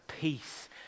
Peace